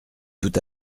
tout